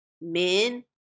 Men